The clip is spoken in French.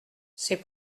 c’est